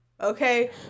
okay